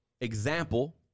example